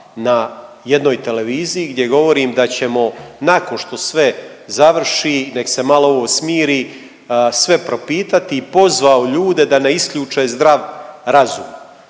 na jednoj televiziji gdje govorim da ćemo nakon što sve završi nek' se malo ovo smiri sve propitati i pozvao ljude da ne isključe zdrav razum.